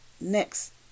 next